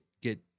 get